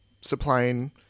supplying